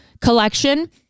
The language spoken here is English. collection